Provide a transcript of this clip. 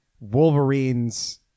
Wolverines